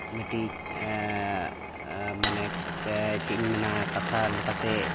ᱢᱤᱫᱴᱮᱱ ᱢᱟᱱᱮ ᱪᱮᱫ ᱤᱧ ᱢᱮᱱᱟ ᱠᱟᱛᱷᱟ ᱞᱮᱠᱟᱛᱮ